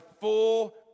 full